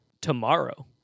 tomorrow